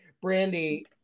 Brandy